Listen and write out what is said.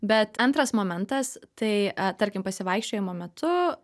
bet antras momentas tai tarkim pasivaikščiojimo metu